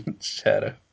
shadow